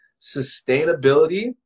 sustainability